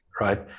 right